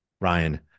Ryan